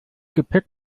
gepäck